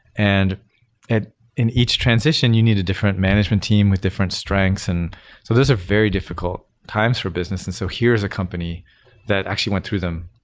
and and in each transition, you need a different management team with different strengths. and so those are very difficult times for a business. and so here's a company that actually went through them.